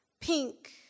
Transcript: Pink